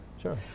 sure